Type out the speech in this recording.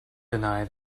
deny